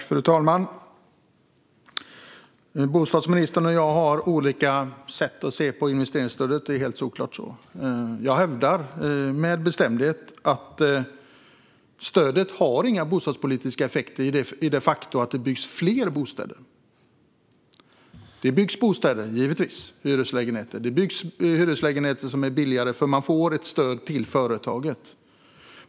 Fru talman! Bostadsministern och jag har olika sätt att se på investeringsstödet. Det är solklart. Jag hävdar med bestämdhet att stödet inte har några bostadspolitiska effekter när det gäller att fler bostäder de facto byggs. Givetvis byggs bostäder - hyreslägenheter. Det byggs hyreslägenheter som är billigare därför att företagen får ett stöd.